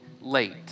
late